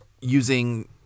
using